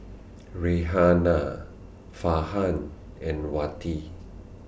Raihana Farhan and Wati